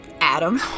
Adam